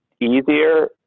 easier